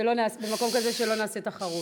במקום כזה שלא נעשה תחרות.